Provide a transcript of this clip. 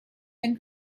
and